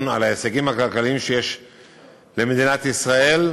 על ההישגים הכלכליים שיש למדינת ישראל.